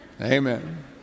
Amen